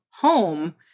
home